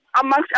amongst